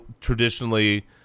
traditionally –